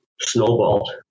snowballed